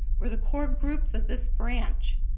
were the core groups of this branch.